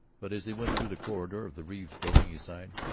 but as he went through the corridor of the reeves building he sighed,